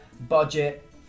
budget